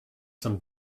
some